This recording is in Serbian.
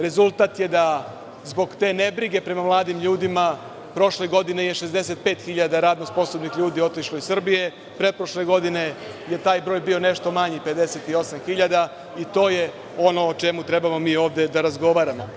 Rezultat je da zbog te nebrige prema mladim ljudima prošle godine otišlo 65.000 radnosposobnih ljudi iz Srbije, pretprošle godine je taj broj bio nešto manji 58.000, i to je ono o čemu mi treba da razgovaramo.